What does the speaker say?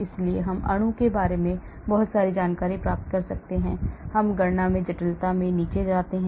इसलिए हम अणु के बारे में बहुत सारी जानकारी प्राप्त कर सकते हैं क्योंकि हम गणना में जटिलता में नीचे जाते हैं